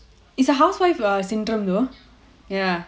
is a housewife syndrome though ya